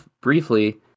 briefly